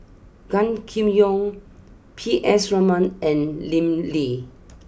Gan Kim Yong P S Raman and Lim Lee